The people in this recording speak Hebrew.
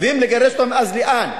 ואם לגרש אותם, לאן?